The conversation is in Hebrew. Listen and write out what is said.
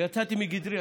ויצאתי מגדרי,